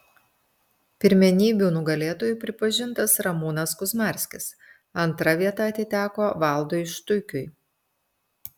pirmenybių nugalėtoju pripažintas ramūnas kuzmarskis antra vieta atiteko valdui štuikiui